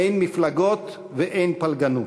אין מפלגות ואין פלגנות.